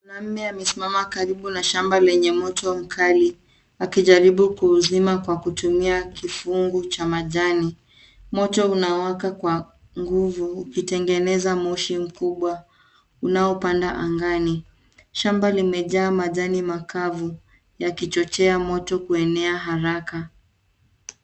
Mwanamme amesimama karibu na shamba lenye moto mkali akijaribu kuuzima kutumia kifungu cha majani. Moto unawaka kwa nguvu ukitengeneza mosho mkubwa unao panda angani. Shamba limejaa majani makavu yakichochea moto kuenea haraka.